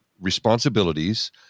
responsibilities